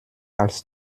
als